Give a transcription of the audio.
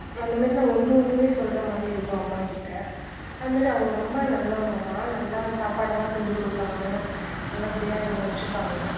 அந்த மாரி நான் ஒன்று ஒன்றுமே சொல்லுற மாதிரி இருக்கும் அம்மாக்கிட்ட அது மாரி அவங்க ரொம்ப நல்லவங்க தான் நல்ல சாப்பாடெல்லாம் செஞ்சுக் கொடுப்பாங்க நல்லபடியாக எங்களை வெச்சுப்பாங்க